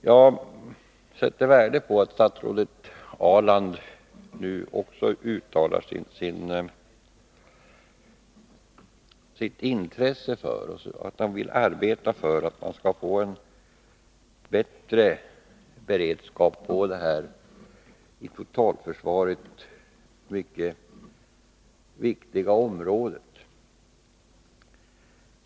Jag sätter värde på att statsrådet Ahrland nu uttalar sitt intresse för saken och att hon vill arbeta för att vi skall få bättre beredskap på detta för totalförsvaret viktiga område.